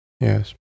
Yes